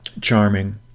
charming